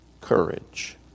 courage